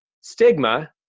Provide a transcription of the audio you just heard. stigma